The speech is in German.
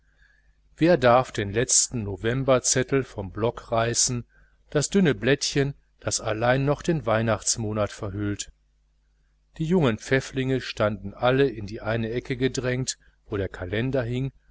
wer darf den letzten novemberzettel vom block reißen das dünne blättchen das allein noch den weihnachtsmonat verhüllt die jungen pfäfflinge standen alle in die eine ecke gedrängt wo der kalender hing